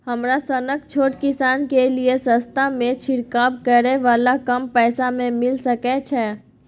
हमरा सनक छोट किसान के लिए सस्ता में छिरकाव करै वाला कम पैसा में मिल सकै छै?